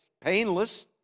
painless